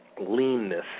leanness